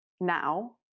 now